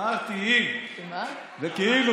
אמרתי אם, בכאילו.